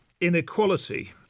inequality